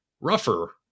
rougher